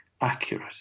accurate